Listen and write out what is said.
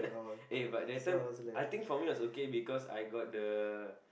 eh but that time I think for me it was okay because I got the